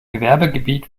gewerbegebiet